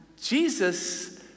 Jesus